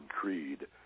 creed